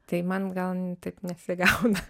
tai man gal taip nesigauna